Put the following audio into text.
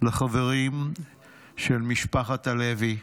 לחברים של משפחת הלוי.